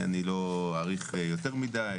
לא אאריך יותר מדי.